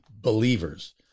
believers